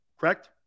correct